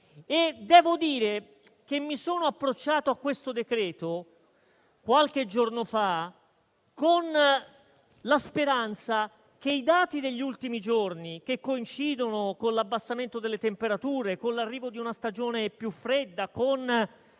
Devo dire che mi sono approcciato a questo decreto-legge, qualche giorno fa, con una speranza relativa ai dati degli ultimi giorni, che coincidono con l'abbassamento delle temperature, con l'arrivo di una stagione più fredda e con